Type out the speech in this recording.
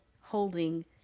holding